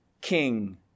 King